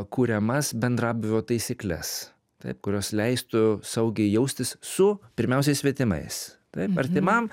kuriamas bendrabūvio taisykles taip kurios leistų saugiai jaustis su pirmiausiai svetimais taip artimam